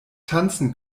tanzen